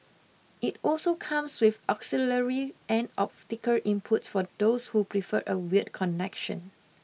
it also comes with auxiliary and optical inputs for those who prefer a wired connection